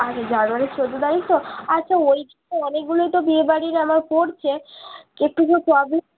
আচ্ছা জানুয়ারির চোদ্দ তারিখ তো আচ্ছা ওই ডেটে তো অনেকগুলোই তো বিয়েবাড়ির আমার পড়ছে একটু তো প্রবলেম